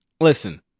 Listen